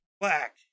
black